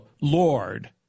Lord